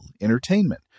entertainment